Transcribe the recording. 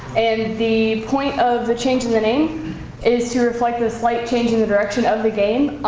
the point of the change in the name is to reflect the slight change in the direction of the game.